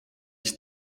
ich